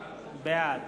בעד